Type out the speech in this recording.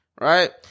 right